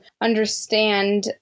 understand